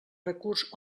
recurs